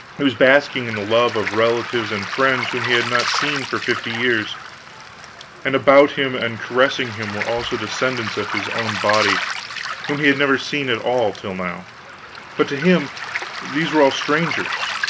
he was basking in the love of relatives and friends whom he had not seen for fifty years and about him and caressing him were also descendants of his own body whom he had never seen at all till now but to him these were all strangers,